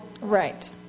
Right